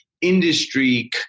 industry